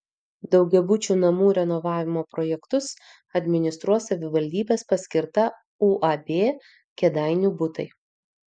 daugiabučių namų renovavimo projektus administruos savivaldybės paskirta uab kėdainių butai